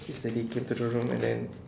this lady came to the room and then